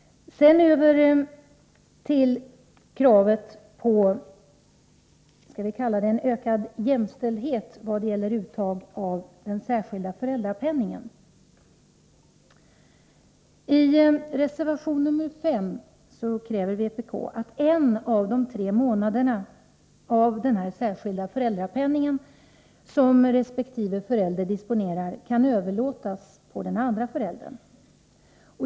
Så över till kravet på, som jag vill kalla det, ökad jämställdhet när det gäller utnyttjandet av den särskilda föräldrapenningen. I reservation nr 5 kräver vpk att en av de tre månader resp. förälder disponerar i fråga om ledighet under vilken särskild föräldrapenning utgår inte skall kunna överlåtas på den andre föräldern.